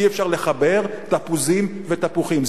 אי-אפשר לחבר תפוזים ותפוחים.